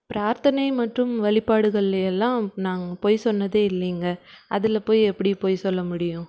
பிரார்த்தனை மற்றும் வழிபாடுகளில் எல்லாம் நாங்கள் பொய் சொன்னதே இல்லைங்க அதில் போய் எப்படி பொய் சொல்ல முடியும்